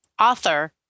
author